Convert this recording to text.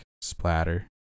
splatter